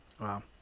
Wow